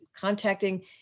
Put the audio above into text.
contacting